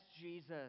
Jesus